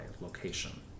location